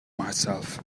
myself